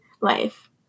life